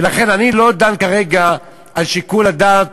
ולכן אני לא דן כרגע על שיקול הדעת,